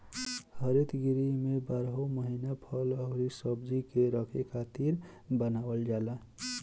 हरित गृह में बारहो महिना फल अउरी सब्जी के रखे खातिर बनावल जाला